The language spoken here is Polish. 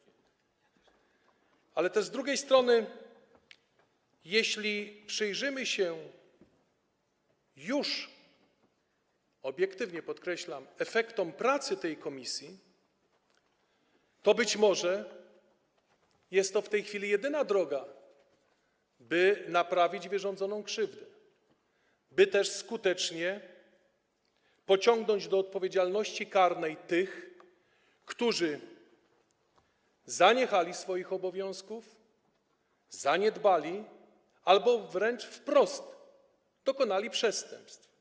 Z drugiej strony, jeśli przyjrzymy się już obiektywnie, co podkreślam, efektom pracy tej komisji, to być może jest to w tej chwili jedyna droga, by naprawić wyrządzoną krzywdę, by też skutecznie pociągnąć do odpowiedzialności karnej tych, którzy zaniechali swoich obowiązków, zaniedbali albo wręcz wprost dokonali przestępstw.